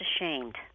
ashamed